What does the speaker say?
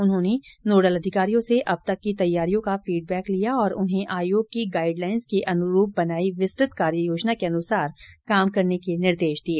उन्होंने नोडल अधिकारियों से अब तक की तैयारियों का फीडबैक लिया और उन्हें आयोग की गाइड लांइस के अनुरूप बनाई विस्तृत कार्य योजना के अनुसार काम करने के निर्देश दिए